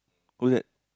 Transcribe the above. what was that